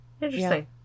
Interesting